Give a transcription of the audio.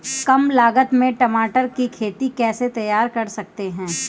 कम लागत में टमाटर की खेती कैसे तैयार कर सकते हैं?